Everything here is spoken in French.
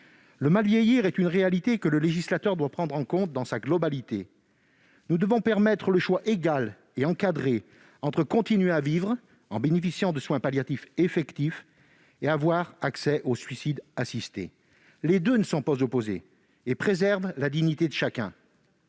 Le « mal vieillir » est une réalité que le législateur doit prendre en compte dans sa globalité. Nous devons permettre le choix égal et encadré entre continuer à vivre, en bénéficiant de soins palliatifs effectifs, et avoir accès au suicide assisté. Les deux ne sont pas opposés et préservent la dignité de chacun.